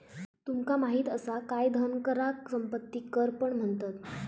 तुमका माहित असा काय धन कराक संपत्ती कर पण म्हणतत?